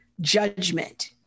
judgment